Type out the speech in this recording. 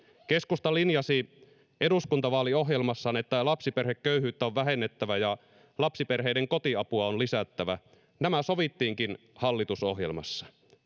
keskusta linjasi eduskuntavaaliohjelmassaan että lapsiperheköyhyyttä on vähennettävä ja lapsiperheiden kotiapua on lisättävä nämä sovittiinkin hallitusohjelmassa